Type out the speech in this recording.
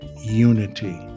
unity